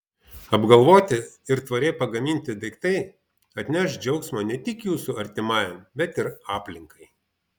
apgalvoti ir tvariai pagaminti daiktai atneš džiaugsmo ne tik jūsų artimajam bet ir aplinkai